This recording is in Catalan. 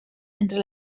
entre